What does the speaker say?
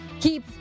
Keep